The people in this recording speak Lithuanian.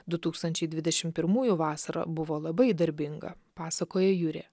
du tūkstančiai dvidešim pirmųjų vasara buvo labai darbinga pasakoja jurė